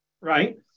Right